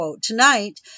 Tonight